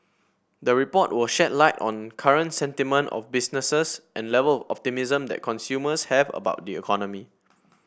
the report will shed light on current sentiment of businesses and level optimism that consumers have about the economy